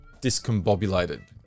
discombobulated